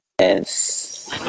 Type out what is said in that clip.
Yes